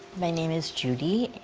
my name is judy,